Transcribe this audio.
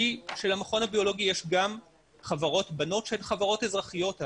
היא שלמכון הביולוגי יש גם חברות בנות שהן חברות אזרחיות.